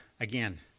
again